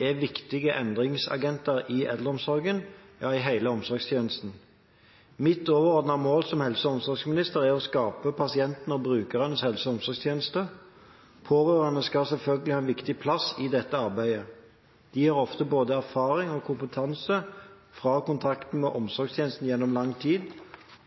er viktige endringsagenter i eldreomsorgen – ja, i hele omsorgstjenesten. Mitt overordnete mål som helse- og omsorgsminister er å skape pasientens og brukerens helse- og omsorgstjeneste. Pårørende skal selvfølgelig ha en viktig plass i dette arbeidet. De har ofte både erfaring og kompetanse fra kontakten med omsorgstjenesten gjennom lang tid,